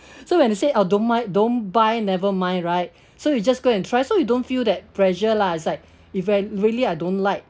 so when they say I'll don't mind don't buy never mind right so you just go and try so you don't feel that pressure lah it's like if I really I don't like